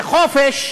זה חופש